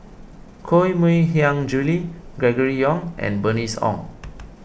Koh Mui Hiang Julie Gregory Yong and Bernice Ong